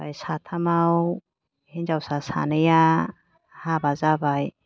ओमफ्राय साथामाव हिनजावसा सानैया हाबा जाबाय